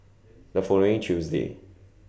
The following Tuesday